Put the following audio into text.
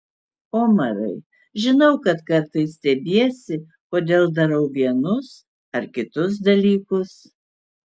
omarai žinau kad kartais stebiesi kodėl darau vienus ar kitus dalykus